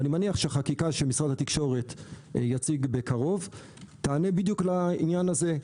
אני מניח שהחקיקה שמשרד התקשורת יציג בקרוב תענה בדיוק לעניין הזה.